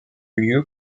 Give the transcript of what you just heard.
lieu